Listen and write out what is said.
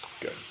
Good